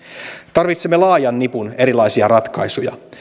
tarvitsemme laajan nipun erilaisia ratkaisuja